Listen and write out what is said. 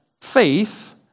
faith